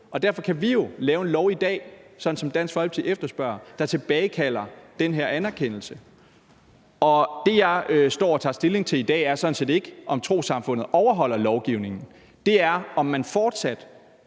derfor kan vi jo lave en lov i dag, sådan som Dansk Folkeparti efterspørger, der tilbagekalder den her anerkendelse. Det, jeg står og tager stilling til i dag, er sådan set ikke, om trossamfundet overholder lovgivningen; det er, om man fortsat